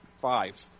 five